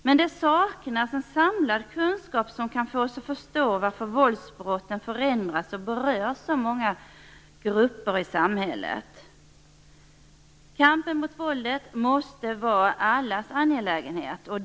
Men det saknas en samlad kunskap som kan få oss att förstå varför våldsbrotten förändras och berör så många grupper i samhället. Kampen mot våldet måste vara allas angelägenhet.